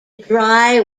dry